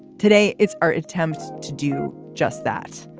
today, it's our attempts to do just that.